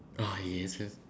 ah yeah